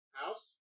house